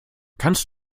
kannst